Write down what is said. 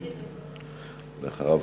ואחריו,